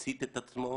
שהצית את עצמו,